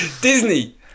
Disney